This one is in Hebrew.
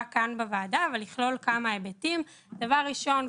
כאן בוועדה ולכלול כמה היבטים: דבר ראשון,